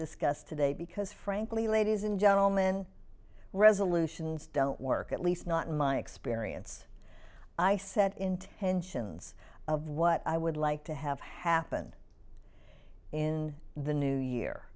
discuss today because frankly ladies and gentlemen resolutions don't work at least not in my experience i said intentions of what i would like to have happen in the new year